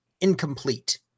incomplete